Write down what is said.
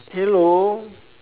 halo